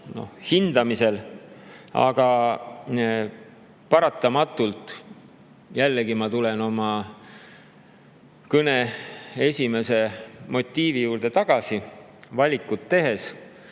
hindamisel. Aga paratamatult tulen ma oma kõne esimese motiivi juurde tagasi. Valikut tehes